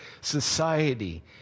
society